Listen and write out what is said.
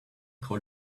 call